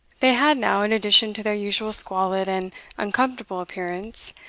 they had now, in addition to their usual squalid and uncomfortable appearance,